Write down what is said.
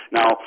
Now